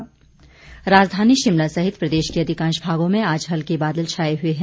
मौसम राजधानी शिमला सहित प्रदेश के अधिकांश भागों में आज हल्के बादल छाए हुए हैं